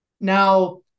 now